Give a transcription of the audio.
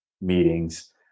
meetings